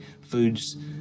foods